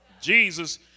Jesus